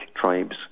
tribes